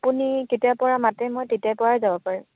আপুনি কেতিয়াৰ পৰা মাতে মই তেতিয়াৰ পৰাই যাব পাৰিম